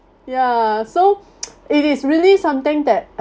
ya so it is really something that